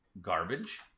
garbage